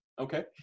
Okay